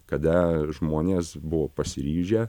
kada žmonės buvo pasiryžę